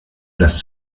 place